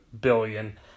billion